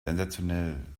sensationell